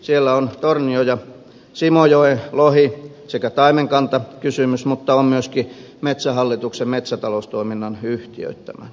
siellä on tornion ja simojoen lohi sekä taimenkantakysymys mutta on myöskin metsähallituksen metsätaloustoiminnan yhtiöittäminen